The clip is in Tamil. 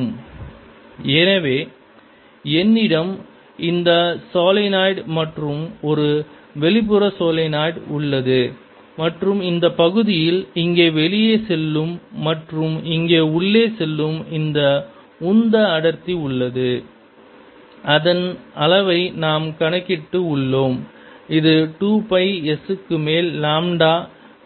Momentum density0K2πs எனவே என்னிடம் இந்த சாலினாய்டு மற்றும் ஒரு வெளிப்புற சாலினாய்டு உள்ளது மற்றும் இந்த பகுதியில் இங்கே வெளியே செல்லும் மற்றும் இங்கே உள்ளே செல்லும் இந்த உந்த அடர்த்தி உள்ளது அதன் அளவை நாம் கணக்கிட்டு உள்ளோம் அது 2 பை S க்கு மேலே லாம்டா